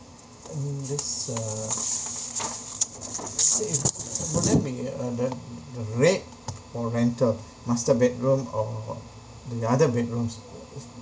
um this uh say will there be a the the rate for rental master bedroom or the other bedrooms